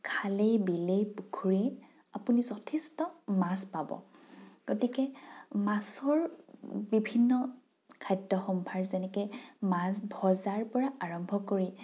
খালেই বিলেই পুখুৰীয়ে আপুনি যথেষ্ট মাছ পাব গতিকে মাছৰ বিভিন্ন খাদ্য সম্ভাৰ যেনেকৈ মাছ ভজাৰ পৰা আৰম্ভ কৰি